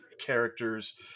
characters